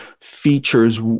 features